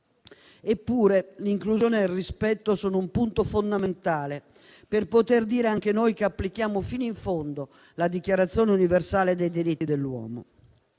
Eppure, l'inclusione e il rispetto sono un punto fondamentale per poter dire anche noi che applichiamo fino in fondo la Dichiarazione universale dei diritti dell'uomo.